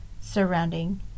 surrounding